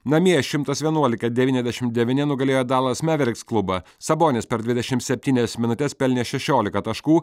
namie šimtas vienuolika devyniasdešimt devyni nugalėjo dalas meveriks klubą sabonis per dvidešim septynias minutes pelnė šešiolika taškų